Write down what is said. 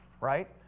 right